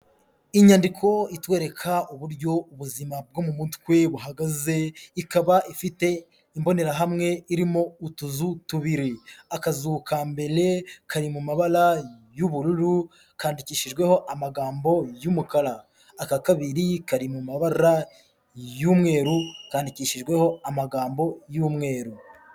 Inyandiko itwereka uburyo ubuzima bwo mu mutwe buhagaze, ikaba ifite imbonerahamwe irimo utuzu tubiri, akazu ka mbere kari mu mabara y'ubururu kandikishijweho amagambo y'umukara, aka kabiri kari mu mabara y'umweru kandikishijweho amagambo y'umweru.